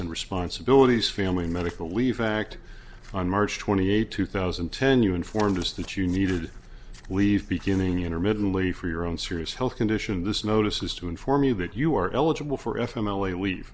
and responsibilities family medical leave act on march twenty eighth two thousand and ten you informed us that you needed to leave beginning intermittently for your own serious health condition this notice is to inform you that you are eligible for f